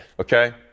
Okay